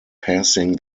passing